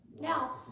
Now